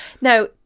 Now